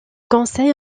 conseil